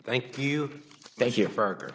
thank you thank you for